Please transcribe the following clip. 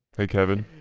hey kevin?